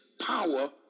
power